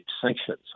sanctions